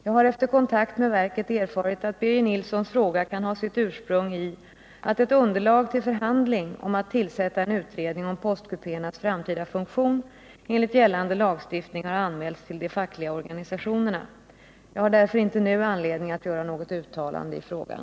Jag har efter kontakt med verket erfarit att Birger Nilssons fråga kan ha sitt ursprung i att ett underlag till förhandling om att tillsätta en utredning om postkupéernas framtida funktion enligt gällande lagstiftning har anmälts till de fackliga organisationerna. Jag har därför inte nu anledning att göra något uttalande i frågan.